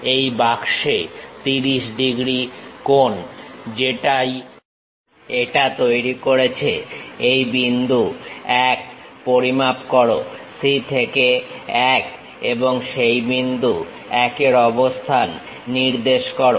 এই বাক্সে 30 ডিগ্রী কোণ যেটাই এটা তৈরি করেছে এই বিন্দু 1 পরিমাপ করো C থেকে 1 এবং সেই বিন্দু 1 এর অবস্থান নির্দেশ করো